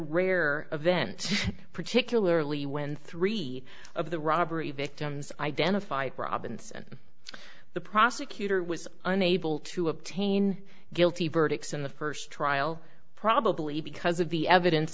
rare event particularly when three of the robbery victims identify providence and the prosecutor was unable to obtain guilty verdicts in the first trial probably because of the evidence